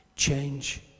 Change